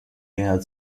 der